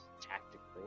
tactically